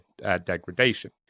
degradation